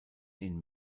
ihn